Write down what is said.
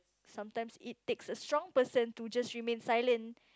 sometimes it takes a strong person to just remain silent